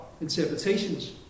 interpretations